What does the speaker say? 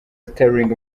sterling